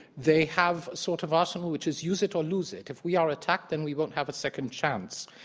they have sort of arsenal which is use it or lose it. if we are attacked then we won't have a second chance.